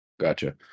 Gotcha